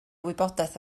wybodaeth